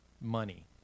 money